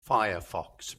firefox